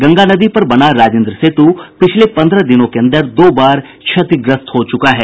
गंगा नदी पर बना राजेन्द्र सेतू पिछले पन्द्रह दिनों के अन्दर दो बार क्षतिग्रस्त हो चूका है